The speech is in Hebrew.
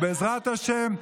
בעזרת השם,